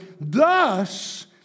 thus